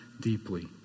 deeply